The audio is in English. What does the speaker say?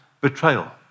betrayal